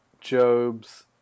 Job's